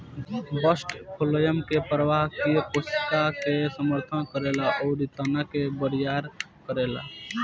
bast phloem के प्रवाह किये कोशिका के समर्थन करेला अउरी तना के बरियार करेला